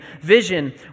Vision